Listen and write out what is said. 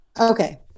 okay